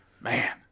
man